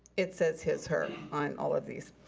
it says his her on all of these.